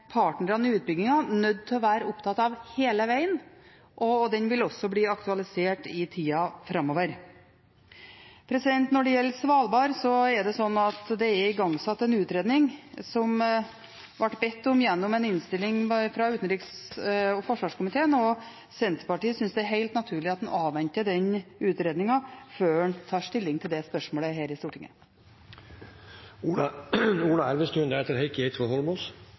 partnerne i utbyggingen nødt til å være opptatt av hele veien, og den vil også bli aktualisert i tida framover. Når det gjelder Svalbard, er det igangsatt en utredning som ble bedt om gjennom en innstilling fra utenriks- og forsvarskomiteen, og Senterpartiet synes det er helt naturlig at en avventer den utredningen før en tar stilling til det spørsmålet her i Stortinget.